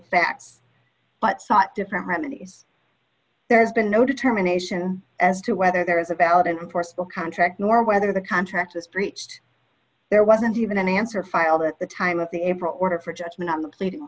sought different remedies there's been no determination as to whether there is a valid and forcible contract nor whether the contract just reached there wasn't even an answer filed at the time of the april order for judgment on the pleading